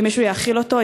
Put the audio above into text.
שמישהו יאכיל אותו,